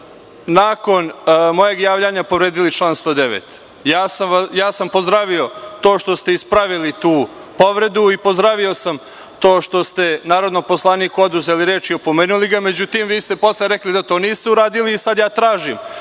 nakon mojeg javljanja povredili član 109. Ja sam pozdravio to što ste ispravili tu povredu i pozdravio sam to što ste narodnom poslaniku oduzeli reč i opomenuli ga. Međutim, vi ste posle rekli da to niste uradili i sada tražim